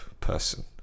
person